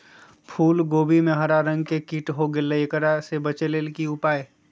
फूल कोबी में हरा रंग के कीट हो गेलै हैं, एकरा से बचे के उपाय?